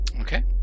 okay